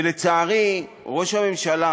לצערי, ראש הממשלה